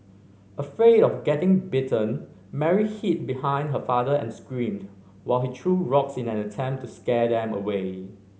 afraid of getting bitten Mary hid behind her father and screamed while he threw rocks in an attempt to scare them away